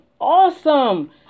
awesome